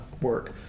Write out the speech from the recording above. work